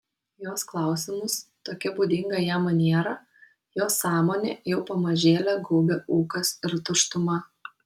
jos klausimus tokia būdinga jam maniera jo sąmonę jau pamažėle gaubė ūkas ir tuštuma